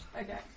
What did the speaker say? okay